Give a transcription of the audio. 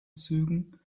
zügen